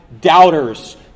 doubters